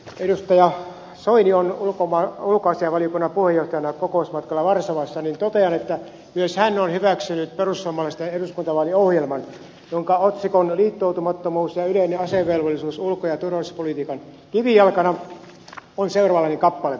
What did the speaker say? edustaja soini on ulkoasiainvaliokunnan puheenjohtajana kokousmatkalla varsovassa ja totean että myös hän on hyväksynyt perussuomalaisten eduskuntavaaliohjelman jonka otsikon liittoutumattomuus ja yleinen asevelvollisuus ulko ja turvallisuuspolitiikan kivijalkana alla on seuraavanlainen kappale